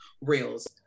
reels